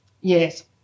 yes